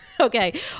okay